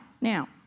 now